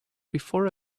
before